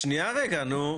שנייה, רגע, נו.